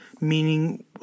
meaning